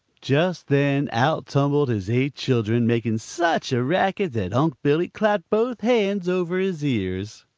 just then out tumbled his eight children, making such a racket that unc' billy clapped both hands over his ears.